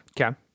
Okay